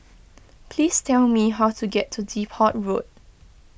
please tell me how to get to Depot Road